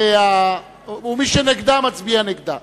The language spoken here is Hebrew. מי שנגדה, מצביע נגד.